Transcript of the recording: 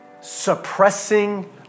Suppressing